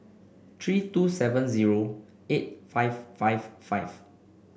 three two seven zero eight five five five